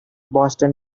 boston